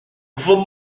vos